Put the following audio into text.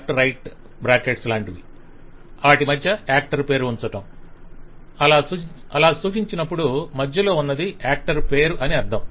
" ఇలాంటి బ్రాకెట్స్ మధ్య యాక్టర్ పేరు ఉంచటం అలా సూచించినప్పుడు మధ్యలో ఉన్నది యాక్టర్ పేరు అని అర్ధం